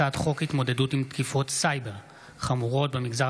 הצעת חוק התמודדות עם תקיפות סייבר חמורות במגזר